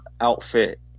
outfit